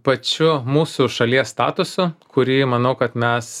pačiu mūsų šalies statusu kurį manau kad mes